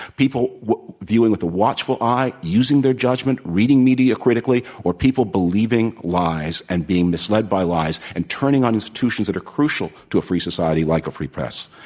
people viewing with a watchful eye, using their judgment, reading media critically or people believing lies and being misled by lies and turning on institutions that are crucial to a free society like a free press.